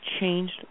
changed